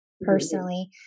personally